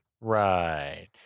right